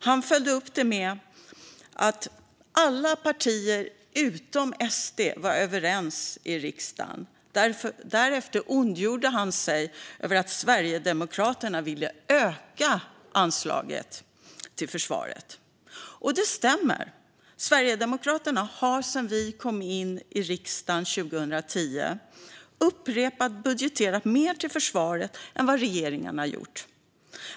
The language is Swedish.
Han följde upp det och sa att alla partier i riksdagen utom Sverigedemokraterna var överens. Därefter ondgjorde han sig över att Sverigedemokraterna ville öka anslaget till försvaret. Det stämmer. Sverigedemokraterna har sedan vi kom in i riksdagen 2010 upprepade gånger budgeterat mer till försvaret än vad regeringarna har.